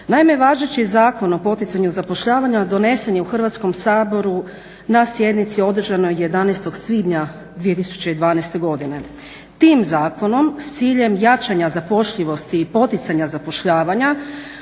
Naime, važeći Zakon o poticanju zapošljavanja donesen je u Hrvatskom saboru na sjednici održanoj 11. svibnja 2012. godine. Tim zakonom s ciljem jačanja zapošljivosti i poticanja zapošljavanja